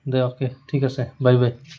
দে okay ঠিক আছে bye বাই